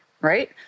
right